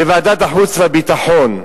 בוועדת החוץ והביטחון.